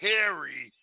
Harry